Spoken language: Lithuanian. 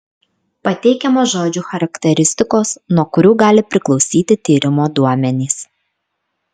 pateikiamos žodžių charakteristikos nuo kurių gali priklausyti tyrimo duomenys